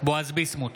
בועז ביסמוט,